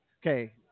Okay